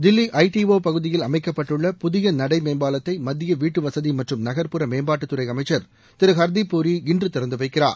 Delhi I T O பகுதியில் அமைக்கப்பட்டுள்ள புதிய நடை மேம்பாலத்தை மத்திய வீட்டுவசதி மற்றும் நகர்ப்புற மேம்பாட்டுத்துறை அமைச்சள் திரு ஹர்தீப் பூரி இன்று திறந்து வைக்கிறார்